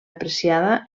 apreciada